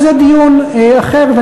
אבל זה דיון אחר,